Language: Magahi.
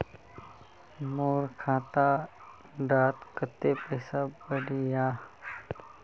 मोर खाता डात कत्ते पैसा बढ़ियाहा?